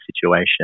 situation